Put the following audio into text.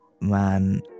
man